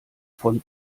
von